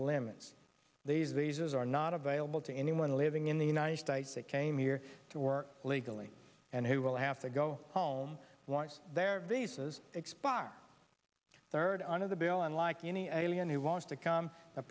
limits these these are not available to anyone living in the united states they came here to work legally and who will have to go home once their visas expired third under the bill unlike any alien who wants to come a